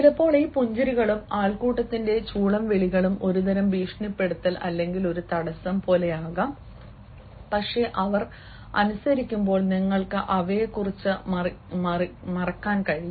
ചിലപ്പോൾ ഈ പുഞ്ചിരികളും ആൾക്കൂട്ടത്തിന്റെ ചൂളംവിളികളും ഒരുതരം ഭീഷണിപ്പെടുത്തൽ അല്ലെങ്കിൽ ഒരു തടസ്സം പോലെയാകാം പക്ഷേ അവർ അനുസരിക്കുമ്പോൾ നിങ്ങൾക്ക് അവയെക്കുറിച്ച് മറക്കാൻ കഴിയും